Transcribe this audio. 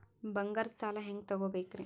ಬಂಗಾರದ್ ಸಾಲ ಹೆಂಗ್ ತಗೊಬೇಕ್ರಿ?